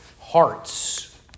hearts